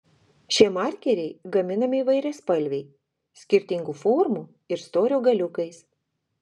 šie markeriai gaminami įvairiaspalviai skirtingų formų ir storio galiukais